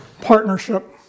Partnership